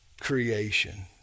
creation